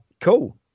Cool